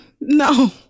no